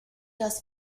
das